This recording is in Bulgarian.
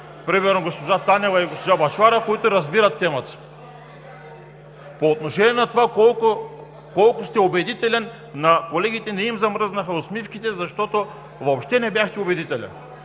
примерно госпожа Танева и госпожа Бъчварова, които разбират темата. По отношение на това колко сте убедителен на колегите не им замръзнаха усмивките, защото въобще не бяхте убедителен.